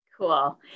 Cool